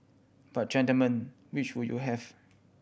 but gentlemen which would you have